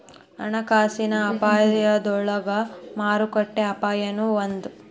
ಹಣಕಾಸಿನ ಅಪಾಯದೊಳಗ ಮಾರುಕಟ್ಟೆ ಅಪಾಯನೂ ಒಂದ್